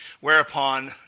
whereupon